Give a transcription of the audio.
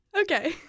Okay